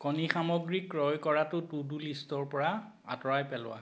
কণী সামগ্ৰী ক্ৰয় কৰাটো টু ডু লিষ্টৰ পৰা আঁতৰাই পেলোৱা